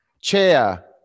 chair